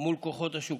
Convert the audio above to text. עם כוחות השוק.